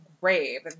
grave